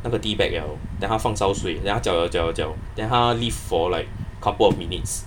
那个 tea bag liao then 他放烧水 then 他这样这样这样 then 他 leave for like couple of minutes